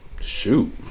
Shoot